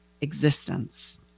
existence